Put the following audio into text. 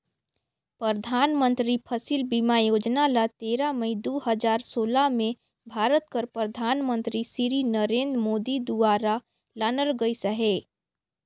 परधानमंतरी फसिल बीमा योजना ल तेरा मई दू हजार सोला में भारत कर परधानमंतरी सिरी नरेन्द मोदी दुवारा लानल गइस अहे